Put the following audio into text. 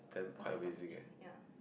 cause I stopped watching ya